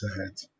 ahead